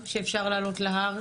כי שם אפשר לערוב לביטחון.